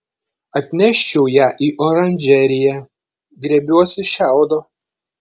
atneščiau ją į oranžeriją griebiuosi šiaudo